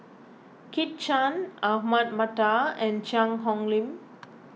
Kit Chan Ahmad Mattar and Cheang Hong Lim